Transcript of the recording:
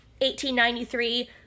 1893